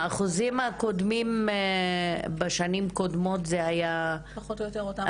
האחוזים הקודמים בשנים הקודמות זה היה פחות או יותר אותו הדבר.